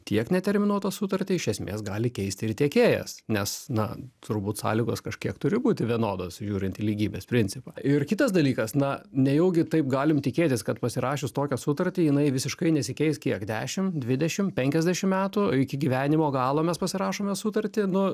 tiek neterminuotą sutartį iš esmės gali keisti ir tiekėjas nes na turbūt sąlygos kažkiek turi būti vienodos žiūrint į lygybės principą ir kitas dalykas na nejaugi taip galim tikėtis kad pasirašius tokią sutartį jinai visiškai nesikeis kiek dešim dvidešim penkiasdešim metų iki gyvenimo galo mes pasirašome sutartį nu